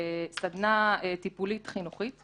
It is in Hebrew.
סדנה טיפולית חינוכית.